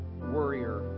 warrior